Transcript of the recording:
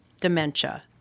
dementia